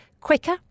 quicker